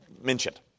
mentioned